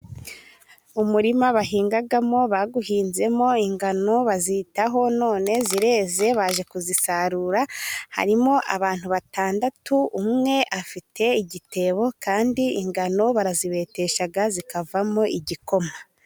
Umurima bahingamo bawuhinzemo ingano bazitaho none zireze baje kuzisarura. Harimo abantu batandatu, umwe afite igitebo, kandi ingano barazibetesha zikavamo igikoma.